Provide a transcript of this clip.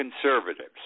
conservatives